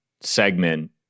segment